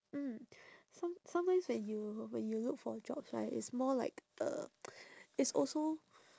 mm so so means when you when you look for jobs right it's more like uh it's also